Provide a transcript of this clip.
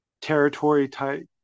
territory-type